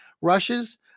rushes